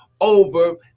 over